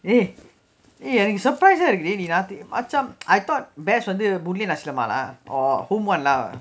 eh எனக்கு:enakku surprise சா இருக்கு:saa irukku dey நீ ராத்தி~:nee rathi~ macam I thought best வந்து:vanthu boon lay nasi lemak lah or home [one] lah